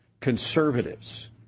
conservatives